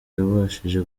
yabashije